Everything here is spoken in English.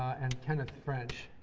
and kenneth french,